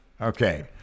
Okay